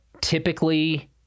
typically